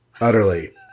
utterly